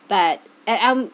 but and I'm